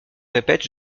répète